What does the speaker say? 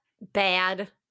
bad